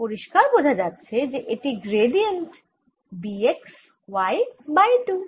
পরিস্কার বোঝা যাচ্ছে যে এটি gradient B x y by 2